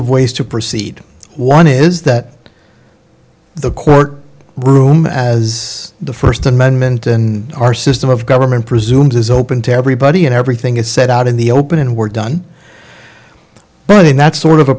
of ways to proceed one is that the court room as the first amendment in our system of government presumes is open to everybody and everything is set out in the open and we're done but in that sort of a